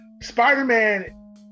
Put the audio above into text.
Spider-Man